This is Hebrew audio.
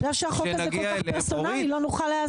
בגלל שהחוק הזה כל כך פרסונלי לא נוכל להיעזר בו.